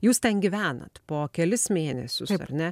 jūs ten gyvenat po kelis mėnesius ar ne